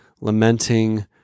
lamenting